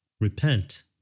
Repent